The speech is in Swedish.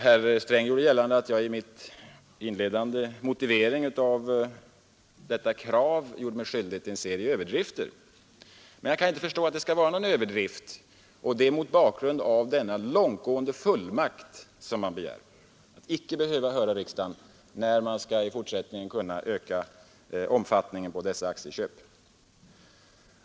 Herr Sträng gjorde gällande att jag i min motivering av detta krav gjorde mig skyldig till en serie överdrifter, men jag kan inte förstå att det kan vara någon överdrift sett mot bakgrund av den långtgående fullmakt som regeringen här begär, att inte behöva höra riksdagen när man i fortsättningen vill öka dessa aktieköp.